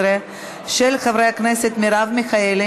בעד, 50 חברי כנסת, 58 מתנגדים,